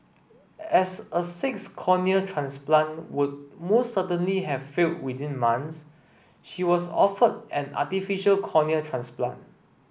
as a sixth cornea transplant would most certainly have failed within months she was offered an artificial cornea transplant